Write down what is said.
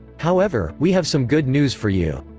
however, we have some good news for you.